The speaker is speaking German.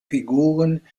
figuren